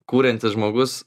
kuriantis žmogus